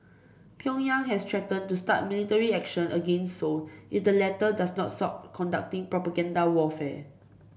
Pyongyang has threatened to start military action against Seoul if the latter does not stop conducting propaganda warfare